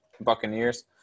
Buccaneers